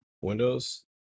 Windows